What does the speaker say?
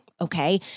okay